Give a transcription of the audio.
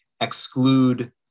exclude